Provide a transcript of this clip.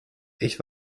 ich